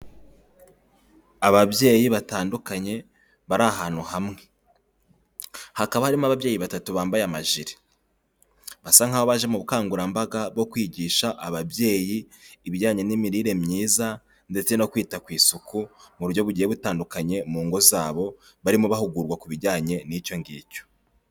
Ababyeyi batandukanye bari ahantu hamwe, hakaba harimo ababyeyi batatu bambaye amajiri, basa nkaho baje mu bukangurambaga bwo kwigisha ababyeyi ibijyanye n'imirire myiza ndetse no kwita ku isuku mu buryo bugiye butandukanye mu ngo zabo, barimo bahugurwa ku bijyanye n'icyongicyo.